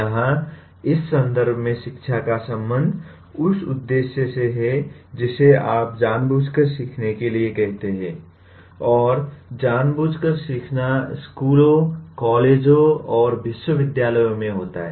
यहां इस संदर्भ में शिक्षा का संबंध उस उद्देश्य से है जिसे आप जानबूझकर सीखने के लिए कहते हैं और जानबूझकर सीखना स्कूलों कॉलेजों और विश्वविद्यालयों में होता है